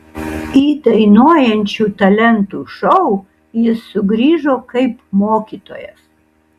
į dainuojančių talentų šou jis sugrįžo kaip mokytojas